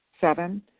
Seven